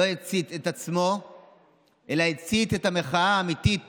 לא הצית את עצמו אלא הצית את המחאה האמיתית